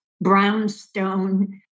brownstone